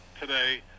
today